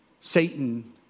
Satan